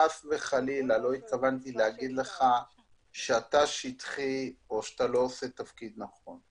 חלילה לא התכוונתי להגיד לך שאתה שטחי או לא עושה את תפקידך נכון.